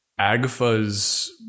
Agfa's